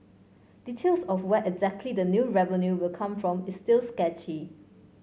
details of where exactly the new revenue will come from is still sketchy